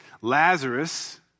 Lazarus